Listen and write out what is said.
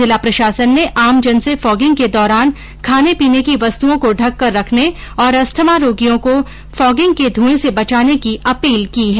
जिला प्रशासन ने आमजन से फोगिंग के दौरान खाने पीने की वस्तुओं को ढककर रखने और अस्थमा रोगियों को फोगिंग के धूए से बचाने की अपील की है